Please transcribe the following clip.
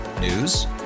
News